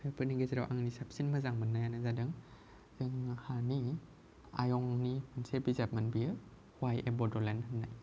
बेफोरनि गेजेराव आंनि साबसिन मेजां मोननायानो जादों जोंहानि आयं नि मोनसे बिजाब मोन बियो हवाइ ए बड'लेनड होननाय